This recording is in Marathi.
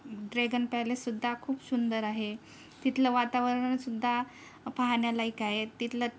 ड्रेगन पॅलेससुद्धा खूप सुंदर आहे तिथलं वातावरणसुद्धा पाहाण्यालायक आहे तिथलं